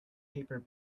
paper